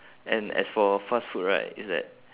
and as for fast food right it's that